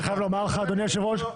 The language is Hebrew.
אדוני היושב-ראש,